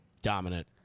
Dominant